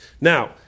Now